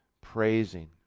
praising